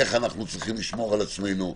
איך אנחנו צריכים לשמור על עצמנו,